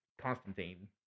Constantine